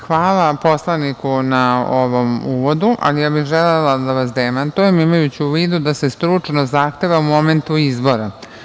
Hvala poslaniku na ovom uvodu, ali bih želela da vas demantujem imajući u vidu da se stručnost zahteva u momentu izbora.